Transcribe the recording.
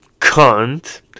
cunt